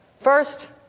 First